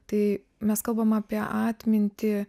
tai mes kalbam apie atmintį